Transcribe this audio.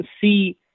see